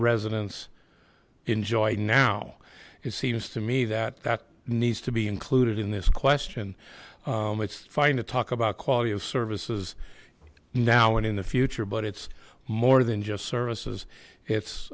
residents enjoy now it seems to me that that needs to be included in this question it's fine to talk about quality of services now and in the future but it's more than just services it's